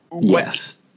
Yes